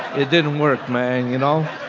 it didn't work, man, you know.